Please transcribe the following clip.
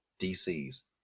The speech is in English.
DC's